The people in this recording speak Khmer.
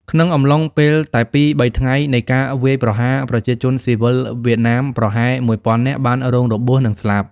ក្នុងអំឡុងពេលតែពីរ-បីថ្ងៃនៃការវាយ ប្រហារ ប្រជាជនស៊ីវិលវៀតណាម ប្រហែលមួយ ពាន់នាក់បានរងរបួសនិងស្លាប់។